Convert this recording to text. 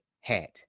hat